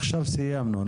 עכשיו סיימנו,